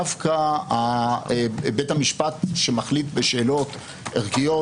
דווקא בית המשפט שמחליט בשאלות ערכיות,